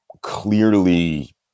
clearly